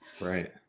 Right